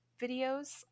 videos